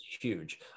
huge